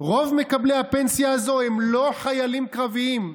רוב מקבלי הפנסיה הזו הם לא חיילים קרביים.